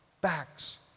backs